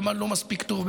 במה לא מספיק טוב,